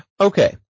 Okay